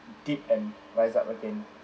dip and rise up again